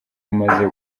umaze